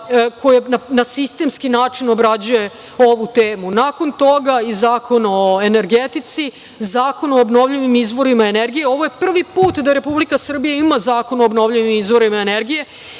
koje na sistemski način obrađuje ovu temu. Nakon toga i Zakon o energetici, Zakon o obnovljivim izvorima energije. Ovo je prvi put da Republika Srbija ima Zakon o obnovljivim izvorima energije.